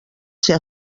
ser